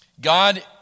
God